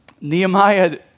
Nehemiah